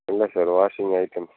இல்லை sir washing item